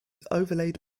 overlaid